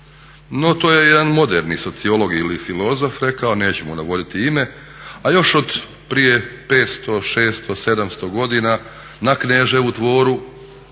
No, to je jedan moderni sociolog ili filozof rekao, neću mu navoditi ime a još od prije 500, 600, 700 godina na Kneževu dvoru,